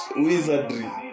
wizardry